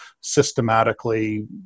systematically